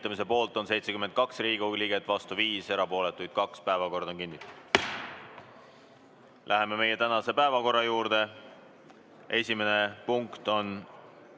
Läheme meie tänase päevakorra juurde. Esimene punkt on